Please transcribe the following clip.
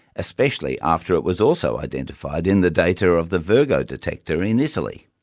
especially after it was also identified in the data of the virgo detector in italy.